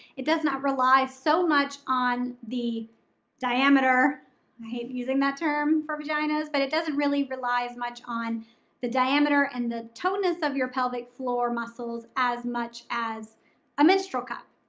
it does not rely so much on the diameter, i hate using that term for vaginas but it doesn't really rely as much on the diameter and the toneness of your pelvic floor muscles as much as a menstrual cup.